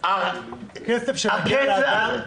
כסף שמגיע לאדם,